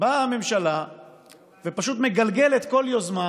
באה הממשלה ופשוט מגלגלת כל יוזמה,